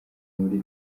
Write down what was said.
muri